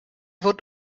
wird